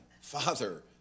Father